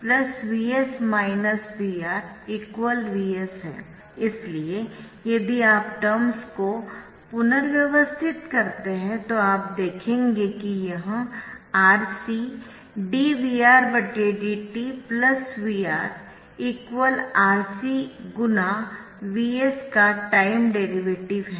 इसलिए यदि आप टर्म्स को पुनर्व्यवस्थित करते है तो आप देखेंगे कि यह R C d VR d t VR RC × Vs का टाइम डेरीवेटिव है